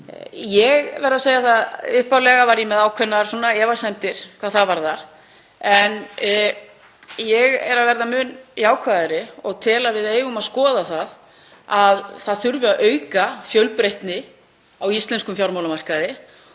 Ég verð að segja að upphaflega var ég með ákveðnar efasemdir hvað það varðar en ég er að verða mun jákvæðari og tel að við eigum að skoða það að það þarf að auka fjölbreytni á íslenskum fjármálamarkaði